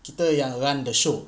kita yang run the show